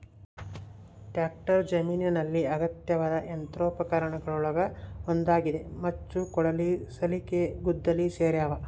tractor ಜಮೀನಿನಲ್ಲಿ ಅಗತ್ಯವಾದ ಯಂತ್ರೋಪಕರಣಗುಳಗ ಒಂದಾಗಿದೆ ಮಚ್ಚು ಕೊಡಲಿ ಸಲಿಕೆ ಗುದ್ದಲಿ ಸೇರ್ಯಾವ